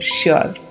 sure